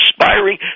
inspiring